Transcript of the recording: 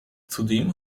zudem